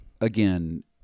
Again